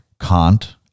Kant